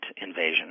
invasion